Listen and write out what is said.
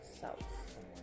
South